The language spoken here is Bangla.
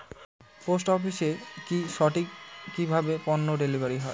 পোস্ট অফিসে কি সঠিক কিভাবে পন্য ডেলিভারি হয়?